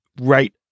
right